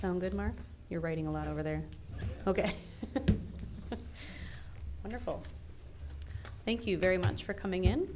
founded mark you're writing a lot over there ok wonderful thank you very much for coming in